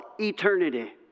eternity